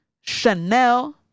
Chanel